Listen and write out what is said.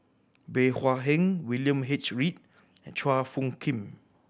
Bey Hua Heng William H Read and Chua Phung Kim